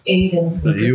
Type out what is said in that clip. Aiden